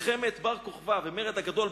מלחמת בר-כוכבא והמרד הגדול,